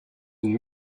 une